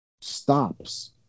stops